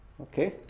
Okay